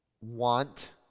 want